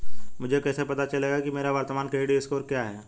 मुझे कैसे पता चलेगा कि मेरा वर्तमान क्रेडिट स्कोर क्या है?